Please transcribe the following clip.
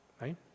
right